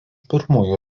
pirmųjų